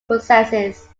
processes